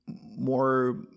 more